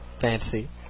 fancy